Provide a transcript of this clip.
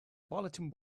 bulletin